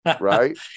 Right